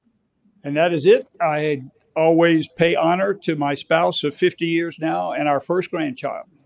and that is it. i always pay honor to my spouse of fifty years now and our first grandchild.